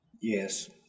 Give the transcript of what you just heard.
Yes